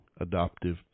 adoptive